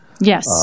Yes